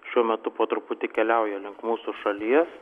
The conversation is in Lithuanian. šiuo metu po truputį keliauja link mūsų šalies